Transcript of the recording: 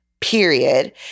period